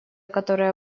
которая